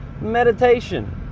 meditation